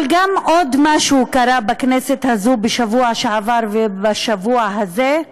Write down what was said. אבל גם עוד משהו קרה בכנסת הזאת בשבוע שעבר ובשבוע הזה,